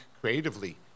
creatively